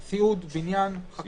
סיעוד, בניין, חקלאות?